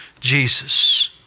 Jesus